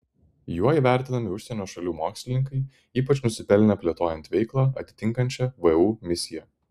juo įvertinami užsienio šalių mokslininkai ypač nusipelnę plėtojant veiklą atitinkančią vu misiją